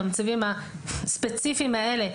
במצבים הספציפיים האלה,